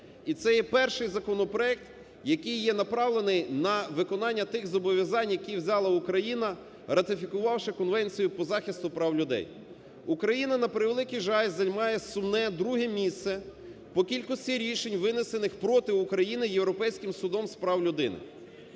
і це є перший законопроект, який є направлений на виконання тих зобов'язань, які взяла Україна, ратифікувавши Конвенцію по захисту прав людей. Україна, на превеликий жаль, займає сумне, друге місце по кількості рішень, винесених проти України Європейським судом з прав людини.